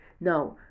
Now